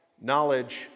knowledge